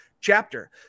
chapter